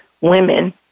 women